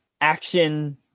action